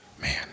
Man